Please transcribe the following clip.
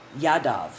Yadav